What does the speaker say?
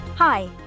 Hi